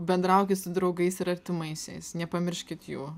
bendraukit su draugais ir artimaisiais nepamirškit jų